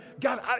God